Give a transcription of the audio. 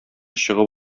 чыгып